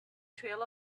trail